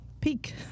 peak